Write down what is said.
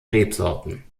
rebsorten